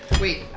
Wait